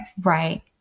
right